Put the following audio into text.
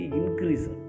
increase